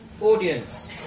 audience